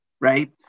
right